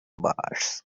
bars